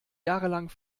jahrelang